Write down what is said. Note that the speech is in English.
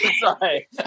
sorry